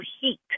heat